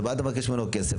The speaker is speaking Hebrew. אתה בא מבקש ממנו כסף,